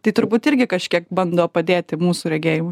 tai turbūt irgi kažkiek bando padėti mūsų regėjimui